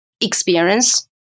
experience